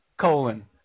colon